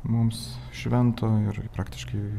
mums švento ir praktiškai